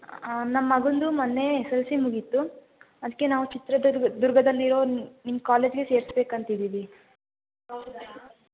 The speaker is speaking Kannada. ಆಂ ನಮ್ಮ ಮಗಂದು ಮೊನ್ನೆ ಎಸ್ ಎಲ್ ಸಿ ಮುಗಿಯಿತು ಅದಕ್ಕೆ ನಾವು ಚಿತ್ರದುರ್ಗ ದುರ್ಗದಲ್ಲಿರೋ ನಿ ನಿಮ್ಮ ಕಾಲೇಜ್ಗೇ ಸೇರ್ಸ್ಬೇಕಂತಿದ್ದೀವಿ